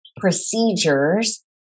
procedures